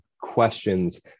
questions